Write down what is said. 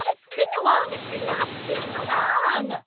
not a singalong if you're not singing along